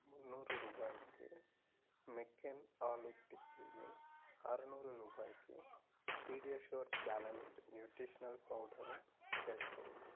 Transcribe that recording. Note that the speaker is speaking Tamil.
முந்நூறு ரூபாய்க்கு மெக்கென் ஆலு டிக்கியும் அறநூறு ரூபாய்க்கு பீடியாஷுர் பேலன்ஸ்டு நியூட்ரிஷனல் பவுடரும் சேர்க்கவும்